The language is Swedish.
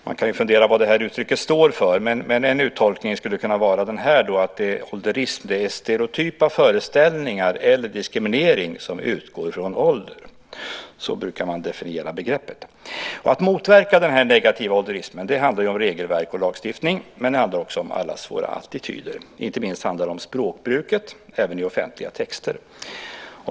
Man kan fundera på vad det uttrycket står för, men en uttolkning skulle kunna vara att "ålderism" är stereotyp av föreställningar eller diskriminering som utgår från ålder. Så brukar man definiera begreppet. Att motverka den här negativa "ålderismen" handlar om att se över regelverk och lagstiftning men också allas våra attityder. Inte minst gäller det språkbruket, även i offentliga texter.